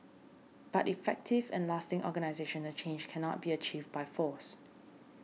but effective and lasting organisational change cannot be achieved by force